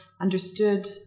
understood